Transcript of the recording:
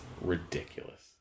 ridiculous